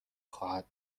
خواهد